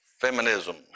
feminism